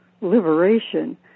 liberation